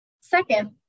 Second